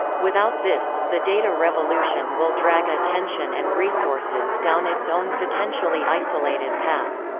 without this, the data revolution will drag attention and resources down its own potentially-isolated path.